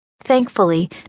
Thankfully